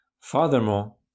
Furthermore